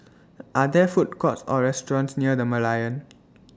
Are There Food Courts Or restaurants near The Merlion